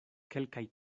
kelkaj